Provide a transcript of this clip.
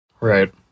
right